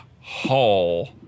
Hall